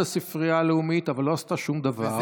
הספרייה הלאומית אבל לא עשתה שום דבר,